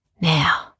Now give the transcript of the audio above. Now